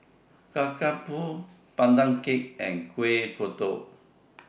Kacang Pool Pandan Cake and Kueh Kodok